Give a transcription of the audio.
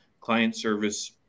client-service